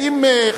האם,